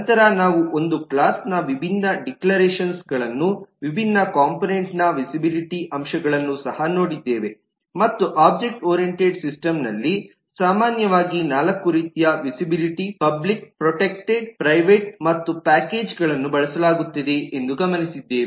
ನಂತರ ನಾವು ಒಂದು ಕ್ಲಾಸ್ನ ವಿಭಿನ್ನ ಡಿಕ್ಲರೇಷನ್ಗಳನ್ನು ವಿಭಿನ್ನ ಕೋಂಪೊನೆಂಟ್ ನ ವಿಸಿಬಿಲಿಟಿ ಅಂಶಗಳನ್ನು ಸಹ ನೋಡಿದ್ದೇವೆ ಮತ್ತು ಒಬ್ಜೆಕ್ಟ್ ಓರಿಯಂಟೆಡ್ ಸಿಸ್ಟಮ್ ನಲ್ಲಿ ಸಾಮಾನ್ಯವಾಗಿ 4 ರೀತಿಯ ವಿಸಿಬಿಲಿಟಿ ಪಬ್ಲಿಕ್ ಪ್ರೊಟೆಕ್ಟೆಡ್ ಪ್ರೈವೇಟ್ ಮತ್ತು ಪಾಕೇಜ್ಗಳನ್ನು ಬಳಸಲಾಗುತ್ತದೆ ಎಂದು ಗಮನಿಸಿದ್ದೇವೆ